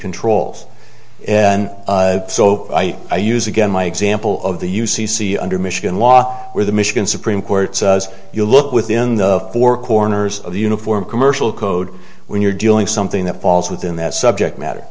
controls and so i use again my example of the u c c under michigan law where the michigan supreme court says you look within the four corners of the uniform commercial code when you're doing something that falls within that subject matter